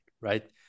right